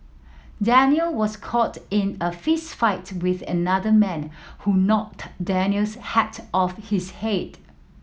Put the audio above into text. Daniel was caught in a fistfight with another man who knocked Daniel's hat off his head